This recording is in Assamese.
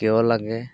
কিয় লাগে